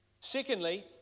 Secondly